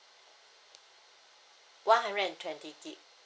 one hundred and twenty G_B